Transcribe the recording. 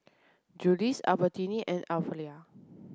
Julie's Albertini and Aprilia